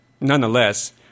nonetheless